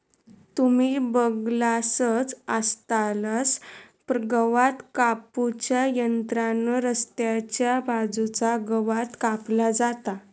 तुम्ही बगलासच आसतलास गवात कापू च्या यंत्रान रस्त्याच्या बाजूचा गवात कापला जाता